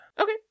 Okay